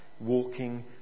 walking